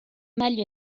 meglio